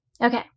Okay